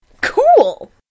Cool